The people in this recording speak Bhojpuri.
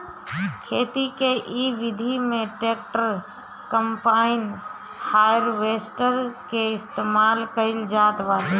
खेती के इ विधि में ट्रैक्टर, कम्पाईन, हारवेस्टर के इस्तेमाल कईल जात बाटे